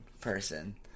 person